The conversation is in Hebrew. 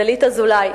דלית אזולאי,